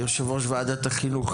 יושב ראש ועדת החינוך,